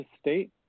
state